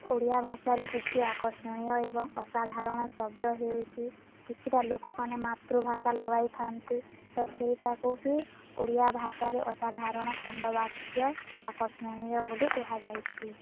ଓଡ଼ିଆ ଭାଷାରେ କିଛି ଆକର୍ଷଣୀୟ ଏବଂ ଅସାଧାରଣ ଶବ୍ଦ ହେଉଛିି କିଛିଟା ଲୋକମାନେ ମାତୃଭାଷା ଲଗାଇଥାନ୍ତି ତ ସେଇଟାକୁ ହିଁ ଓଡ଼ିଆ ଭାଷାରେ ଅସାଧାରଣ ଖଣ୍ଡବାକ୍ୟ ଆକର୍ଷଣୀୟ ବୋଲି କୁହାଯାଇଛି